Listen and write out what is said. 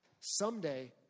Someday